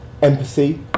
Empathy